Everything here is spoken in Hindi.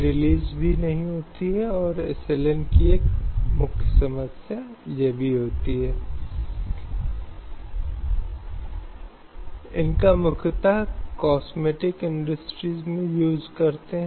इसलिए यह बहुत अधिक अस्तित्व में है संवैधानिक निषेध के बावजूद जो मानव में किसी भी प्रकार के यातायात को प्रतिबंधित करता है